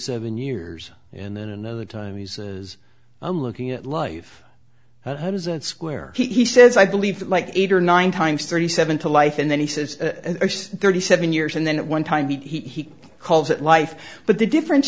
seven years and then another time he says i'm looking at life but how does that square he says i believe like eight or nine times thirty seven to life and then he says thirty seven years and then one time he he calls it life but the difference